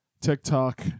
TikTok